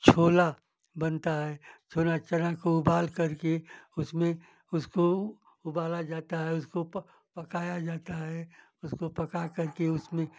छोला बनता है छोला चना को उबालकर के उसमें उसको उबाला जाता है उसको पक पकाया जाता है उसको पकाकर के उसमें